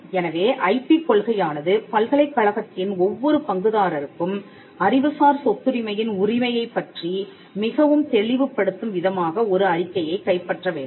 எனவே ஐபி கொள்கையானது பல்கலைக்கழகத்தின் ஒவ்வொரு பங்குதாரருக்கும் அறிவுசார் சொத்துரிமையின் உரிமையைப் பற்றி மிகவும் தெளிவு படுத்தும் விதமாக ஒரு அறிக்கையைக் கைப்பற்ற வேண்டும்